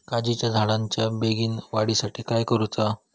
काजीच्या झाडाच्या बेगीन वाढी साठी काय करूचा?